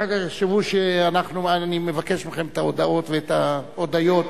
אחר כך יחשבו שאני מבקש מכם את ההודעות ואת ההודיות.